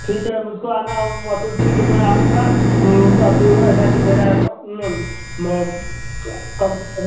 ठीक है मुझको आना हुआ तो ठीक है मैं आऊँगा बाकी ऐसा है कि मेरा तो कम